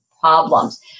problems